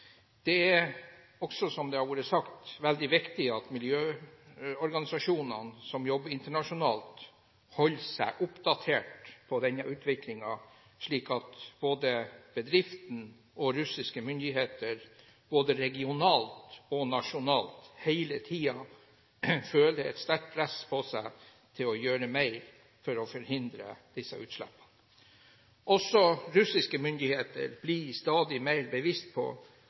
Det er også, som det er blitt sagt, viktig at miljøorganisasjonene som jobber internasjonalt, holder seg oppdatert på denne utviklingen, slik at både bedriften og russiske myndigheter regionalt og nasjonalt hele tiden føler et sterkt press på seg til å gjøre mer for å forhindre disse utslippene. Også russiske myndigheter blir stadig mer bevisst på